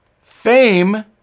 fame